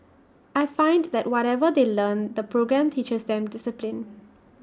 I find that whatever they learn the programme teaches them discipline